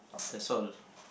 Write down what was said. that's all